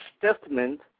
Testament